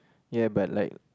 ya but like